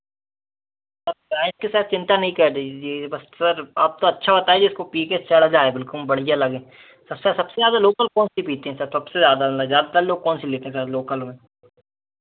आप प्राइस के साथ चिंता नहीं करिए बस सर आप तो अच्छा बताइए जिसको पी के चढ़ जाए बिल्कुल बढ़ियाँ लगे सर सबसे ज़्यादा लोकल कौन सी पीते हैं सर सबसे ज़्यादा मतलब ज़्यादातर लोग कौन सी लेते हैं लोकल में